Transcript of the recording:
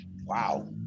Wow